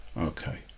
Okay